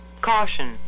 Caution